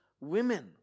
women